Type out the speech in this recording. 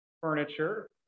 furniture